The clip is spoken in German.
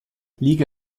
liga